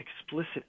explicit